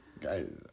Guys